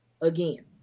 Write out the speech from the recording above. Again